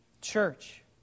Church